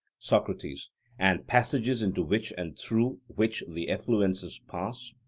socrates and passages into which and through which the effluences pass?